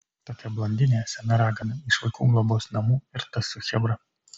tokia blondinė sena ragana iš vaikų globos namų ir tas su chebra